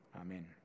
Amen